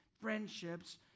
friendships